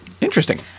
interesting